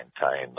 maintain